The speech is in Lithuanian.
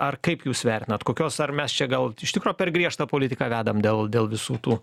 ar kaip jūs vertinat kokios ar mes čia gal iš tikro per griežtą politiką vedame dėl dėl visų tų